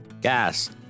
Gas